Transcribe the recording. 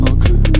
Okay